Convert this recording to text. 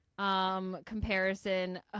Comparison